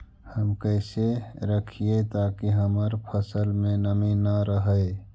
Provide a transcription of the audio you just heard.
हम कैसे रखिये ताकी हमर फ़सल में नमी न रहै?